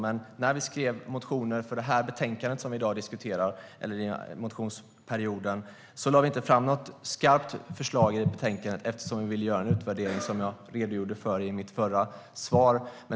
Men när vi skrev motioner under allmänna motionstiden som behandlas i det här betänkandet lade vi inte fram något skarpt förslag, eftersom vi vill göra en utvärdering, som jag redogjorde för i mitt förra svar.